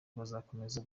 bazakomeza